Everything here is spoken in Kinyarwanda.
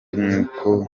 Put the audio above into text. nk’uko